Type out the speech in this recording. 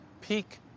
peak